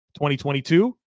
2022